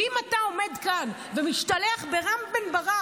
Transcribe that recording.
ואם אתה עומד כאן ומשתלח ברם בן ברק,